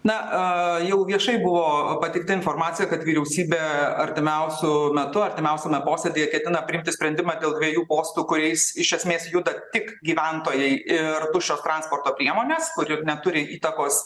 na jau viešai buvo pateikta informacija kad vyriausybė artimiausiu metu artimiausiame posėdyje ketina priimti sprendimą dėl dviejų postų kuriais iš esmės juda tik gyventojai ir tuščios transporto priemonės kuri neturi įtakos